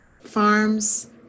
farms